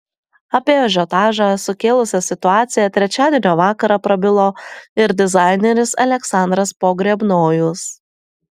apie ažiotažą sukėlusią situaciją trečiadienio vakarą prabilo ir dizaineris aleksandras pogrebnojus